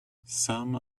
some